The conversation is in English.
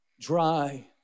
dry